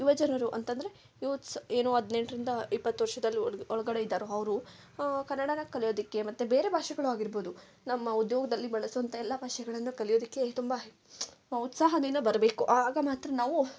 ಯುವ ಜನರು ಅಂತಂದರೆ ಯೂತ್ಸ್ ಏನು ಹದ್ನೆಂಟ್ರಿಂದ ಇಪ್ಪತ್ತು ವರ್ಷದಲ್ಲಿ ಒಳ್ಗೆ ಒಳಗಡೆ ಇದ್ದಾರೋ ಅವರು ಕನ್ನಡನ ಕಲಿಯೋದಕ್ಕೆ ಮತ್ತೆ ಬೇರೆ ಭಾಷೆಗಳು ಆಗಿರ್ಬೋದು ನಮ್ಮ ಉದ್ಯೋಗದಲ್ಲಿ ಬಳಸುವಂಥ ಎಲ್ಲ ಭಾಷೆಗಳನ್ನ ಕಲಿಯೋದಕ್ಕೆ ತುಂಬ ಉತ್ಸಾಹದಿಂದ ಬರಬೇಕು ಆಗ ಮಾತ್ರ ನಾವು